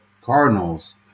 Cardinals